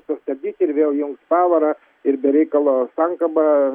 sustabdyt ir vėl jungt pavarą ir be reikalo sankabą